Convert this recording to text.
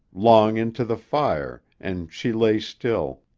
long into the fire, and she lay still,